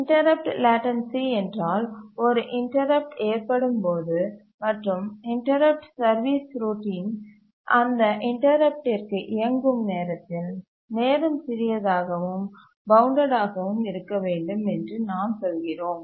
interrupt latency என்றால் ஒரு interrupt ஏற்படும் போது மற்றும் இன்டரப்ட் சர்வீஸ் ரோட்டின் அந்த இன்டரப்ட்டிற்கு இயங்கும் நேரத்தில் நேரம் சிறியதாகவும் பவுண்டட் ஆகவும் இருக்க வேண்டும் என்று நாம் சொல்கிறோம்